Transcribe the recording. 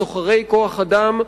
סוחרי כוח-אדם,